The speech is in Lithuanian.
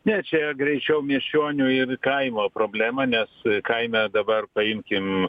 ne čia greičiau miesčionių ir kaimo problema nes kaime dabar paimkim